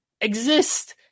exist